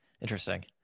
Interesting